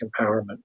empowerment